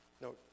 no